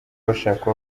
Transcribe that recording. bashaka